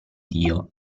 dio